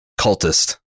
cultist